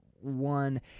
one